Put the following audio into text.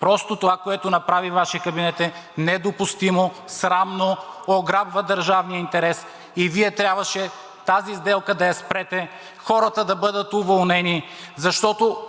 Просто това, което направи Вашият кабинет, е недопустимо, срамно, ограбва държавния интерес и Вие трябваше тази сделка да я спрете, а хората да бъдат уволнени.